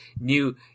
new